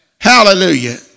Hallelujah